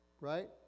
Right